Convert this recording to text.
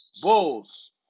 Bulls